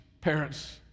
parents